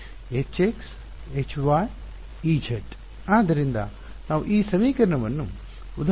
ಹೌದು Hx Hy Ez ಆದ್ದರಿಂದ ನಾವು ಈ ಸಮೀಕರಣವನ್ನು ಉದಾಹರಣೆಗೆ ತೆಗೆದುಕೊಳ್ಳೋಣ ಸರಿ